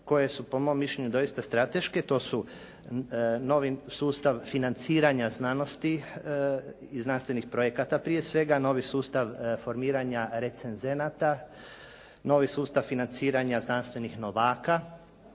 koje su po mom mišljenju doista strateške. To su novi sustav financiranja znanosti i znanstvenih projekata prije svega. Novi sustav formiranja recenzenata. Novi sustav financiranja znanstvenih novaka.